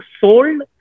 sold